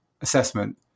assessment